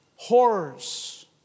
Horrors